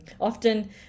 Often